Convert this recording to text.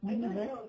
you know girl